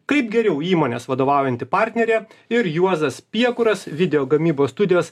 kaip geriau įmonės vadovaujanti partnerė ir juozas piekuras video gamybos studijos